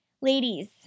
Ladies